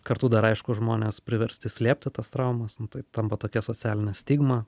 kartu dar aišku žmonės priversti slėpti tas traumas nu tai tampa tokia socialine stigma